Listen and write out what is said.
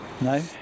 No